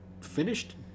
finished